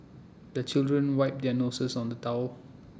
the children wipe their noses on the towel